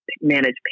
manage